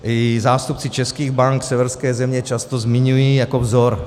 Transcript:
I zástupci českých bank severské země často zmiňují jako vzor.